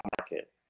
market